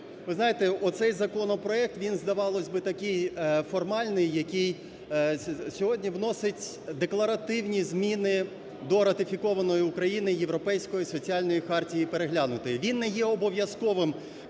Ви знаєте, оцей законопроект, він, здавалось би, такий формальний, який сьогодні вносить декларативні зміни до ратифікованої Україною Європейської соціальної хартії (переглянутої). Він не є обов'язковим,